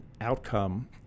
outcome